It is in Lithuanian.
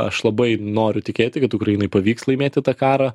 aš labai noriu tikėti kad ukrainai pavyks laimėti tą karą